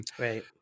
Right